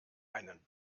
einen